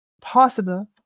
possible